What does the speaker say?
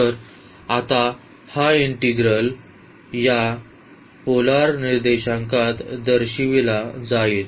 तर आता हा इंटीग्रल या पोलर निर्देशांकात दर्शविला जाईल